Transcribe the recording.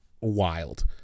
Wild